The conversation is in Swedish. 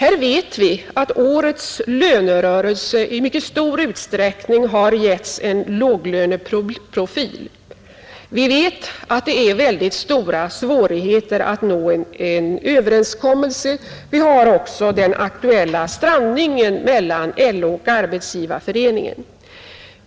Vi vet att årets lönerörelse i mycket stor utsträckning getts en låglöneprofil och att det är stora svårigheter att nå en överenskommelse — jag vill påminna om den aktuella strandningen mellan LO och Arbetsgivareföreningen.